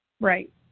Right